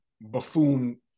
buffoon